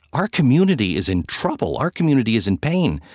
our community is in trouble. our community is in pain.